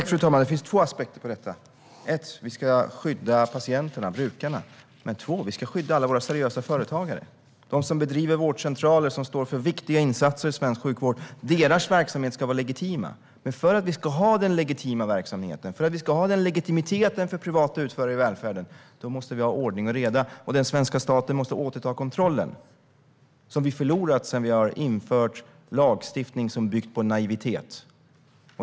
Fru talman! Det finns två aspekter på detta. För det första ska vi skydda patienterna, eller brukarna. För det andra ska vi skydda alla våra seriösa företagare. Vi ska skydda dem som driver vårdcentraler och dem som står för viktiga insatser i svensk sjukvård. Deras verksamhet ska vara legitim. Men för att ha legitim verksamhet - för att ha legitimitet för privata utförare i välfärden - måste vi ha ordning och reda. Den svenska staten måste återta kontrollen, som vi har förlorat efter att ha infört lagstiftning byggd på naivitet.